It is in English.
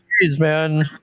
man